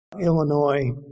Illinois